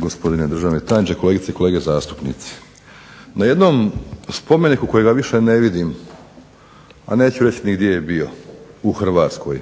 Gospodine državni tajniče, kolegice i kolege zastupnici. Na jednom spomeniku kojega više ne vidim, a neću reći ni gdje je bio u Hrvatskoj,